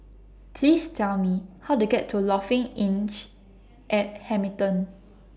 Please Tell Me How to get to Lofi Innch At Hamilton